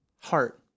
heart